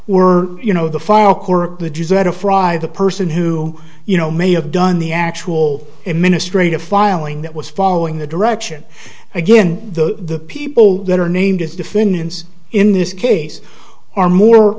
were you know the file core of the desire to fry the person who you know may have done the actual administrate a filing that was following the direction again the people that are named as defendants in this case or more